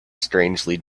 strangely